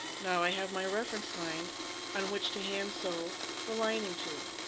now i have my reference line on which to hand sew the lining to